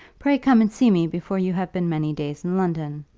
pray come and see me before you have been many days in london.